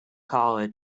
college